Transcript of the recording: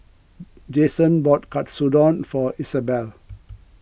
Jaxon bought Katsudon for Izabelle